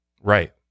Right